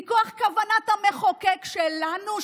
מכוח כוונת המחוקק שלנו,